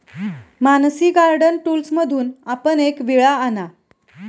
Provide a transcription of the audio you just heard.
Mansi garden टूल्समधून आपण एक विळा आणा